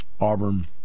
Auburn